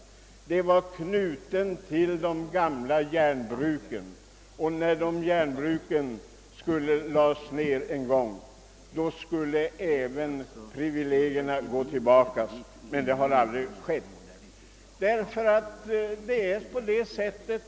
Skogen var knuten till de gamla järnbruken och när dessa lades ned skulle även deras privilegier har upphört. Detta har emellertid aldrig skett.